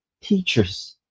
teachers